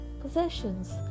possessions